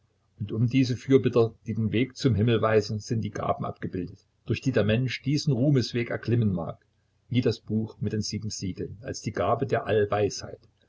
und um diese fürbitter die den weg zum himmel weisen sind die gaben abgebildet durch die der mensch diesen ruhmesweg erklimmen mag wie das buch mit den sieben siegeln als die gabe der allweisheit